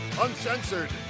uncensored